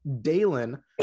dalen